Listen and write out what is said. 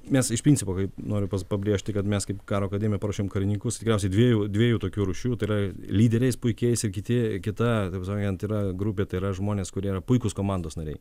mes iš principo kaip noriu pabrėžti kad mes kaip karo akademija paruošėm karininkus tikriausiai dviejų dviejų tokių rūšių tai yra lyderiais puikiais ir kiti kita taip sakant yra grupė tai yra žmonės kurie yra puikūs komandos nariai